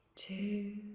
two